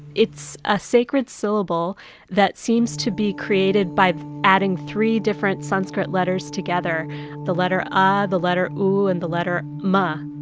it's a sacred syllable that seems to be created by adding three different sanskrit letters together the letter ah a, the letter u, and the letter ma.